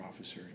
officer